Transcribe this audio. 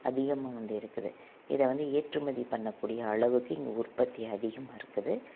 அதிகமாக வந்து இருக்குது இதை வந்து ஏற்றுமதி பண்ணக்கூடிய அளவுக்கு இங்கே உற்பத்தி அதிகமாக இருக்குது